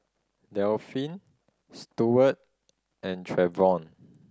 Delphin Steward and Trevion